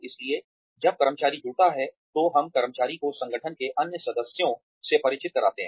इसलिए जब कर्मचारी जुड़ता है तो हम कर्मचारी को संगठन के अन्य सदस्यों से परिचित कराते हैं